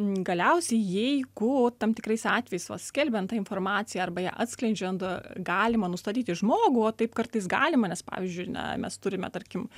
galiausiai jeigu tam tikrais atvejais va skelbiant tą informaciją arba ją atskleidžiant galima nustatyti žmogų o taip kartais galima nes pavyzdžiui na mes turime tarkim